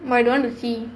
I don't want to see